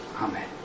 Amen